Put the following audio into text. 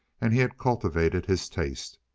and he had cultivated his taste.